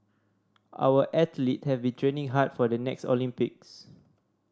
our athlete have been training hard for the next Olympics